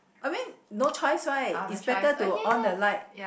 I mean no choice right it's better to on the light